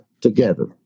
together